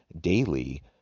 daily